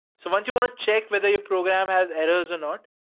so once you want to check whether your program has errors or not,